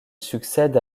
succède